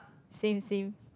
same same